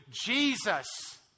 jesus